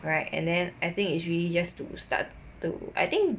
right and then I think it's really just to start to I think